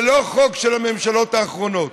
זה לא חוק של הממשלות האחרונות,